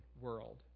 world